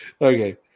Okay